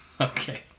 Okay